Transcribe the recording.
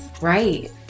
Right